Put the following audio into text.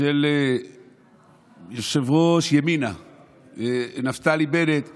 של יושב-ראש ימינה נפתלי בנט פה,